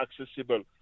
accessible